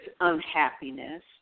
unhappiness